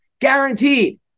guaranteed